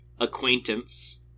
acquaintance